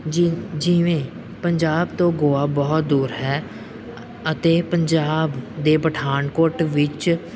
ਜੀਂ ਜਿਵੇਂ ਪੰਜਾਬ ਤੋਂ ਗੋਆ ਬਹੁਤ ਦੂਰ ਹੈ ਅਤੇ ਪੰਜਾਬ ਦੇ ਪਠਾਨਕੋਟ ਵਿੱਚ